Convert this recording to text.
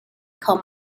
come